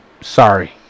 Sorry